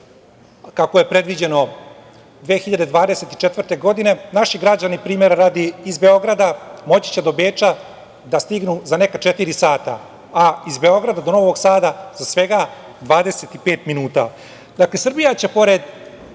kako je predviđeno, 2024. godine, naši građani, primera radi, iz Beograda moći do Beča da stignu za neka četiri sata, a iz Beograda do Novog Sada za svega 25 minuta. Dakle, Srbija će pored